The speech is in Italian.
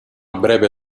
breve